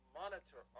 monitor